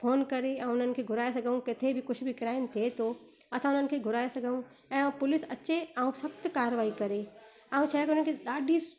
phone करे ऐं उन्हनि खे घुराए सघूं किथे बि कुझु बि क्राइम थिए थो असां उन्हनि खे घुराए सघूं ऐं पुलिस अचे ऐं सख़्तु कारवाई करे ऐं छाहे त हुनखे ॾाढी